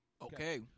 Okay